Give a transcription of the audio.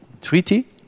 treaty